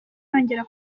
yazongera